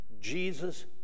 Jesus